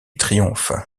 triomphe